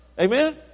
Amen